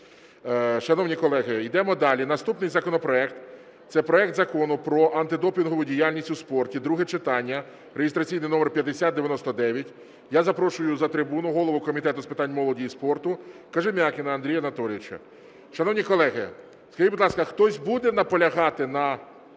Шановні колеги, йдемо далі. Наступний законопроект – це проект Закону про антидопінгову діяльність у спорті (друге читання) (реєстраційний номер 5099). Я запрошую за трибуну голову Комітету з питань молоді і спорту Кожем'якіна Андрія Анатолійовича. Шановні колеги, скажіть, будь ласка, хтось буде наполягати на